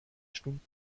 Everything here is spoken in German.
stunden